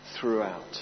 throughout